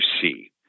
see